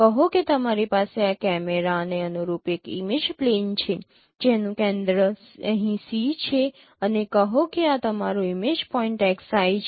કહો કે તમારી પાસે આ કેમેરાને અનુરૂપ એક ઇમેજ પ્લેન છે જેનું કેન્દ્ર અહીં C છે અને કહો કે આ તમારો ઇમેજ પોઇન્ટ xi છે